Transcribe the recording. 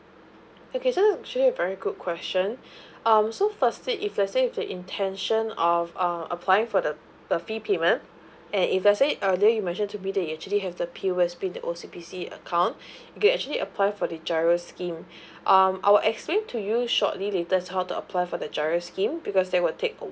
okay so it's actually a very good question um so firstly if lets say you have the intention of err applying for the the fee payment and if let's say earlier you mentioned to me that you actually have the P_O_S_B and the O_C_B_C account they actually apply for the giro scheme um I will explain to you shortly later how to apply for the giro scheme because they will take